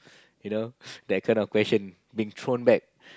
you know that kind of question being thrown back